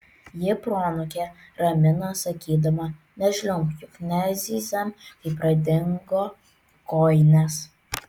ji proanūkę ramino sakydama nežliumbk juk nezyzėme kai pradingo kojinės